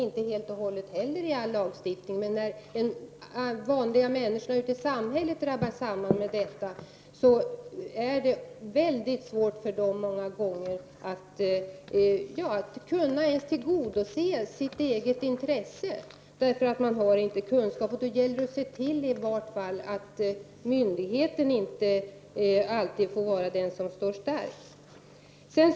Vi här är ju dock något så när insatta i lagstiftningen, även om vi alltså inte helt och hållet känner till denna. Många gånger är det väldigt svårt för dem som drabbas att ens tillgodose sina egna intressen just därför att man inte har kunskaper om lagstiftningen. I varje fall gäller det att se till att myndigheten inte alltid är den starka parten.